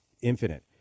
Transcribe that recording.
infinite